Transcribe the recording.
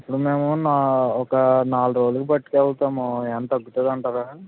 ఇప్పుడు మేము నా ఒక నాలుగు రోజులకి పట్టుకు వెళ్తాము ఏమన్న తగ్గుతుందంటారా